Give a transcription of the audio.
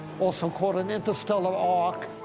also called an interstellar ark.